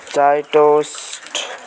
चिया टोस्ट